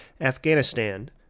Afghanistan